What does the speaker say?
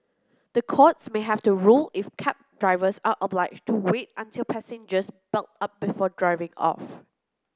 the courts may have to rule if cab drivers are obliged to wait until passengers belt up before driving off